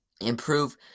improve